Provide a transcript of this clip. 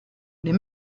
les